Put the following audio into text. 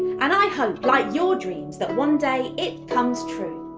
and i hope, like your dreams, that one day it comes true.